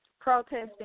protesting